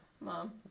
Mom